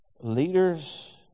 leaders